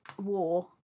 war